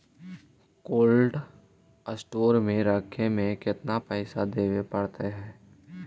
Cold store में रखे में केतना पैसा देवे पड़तै है?